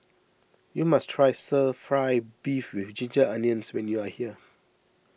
you must try Stir Fry Beef with Ginger Onions when you are here